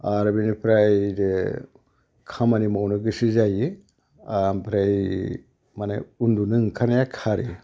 आरो बेनिफ्राय खामानि मावनो गोसो जायो ओमफ्राय माने उन्दुनो ओंखारनाया खारो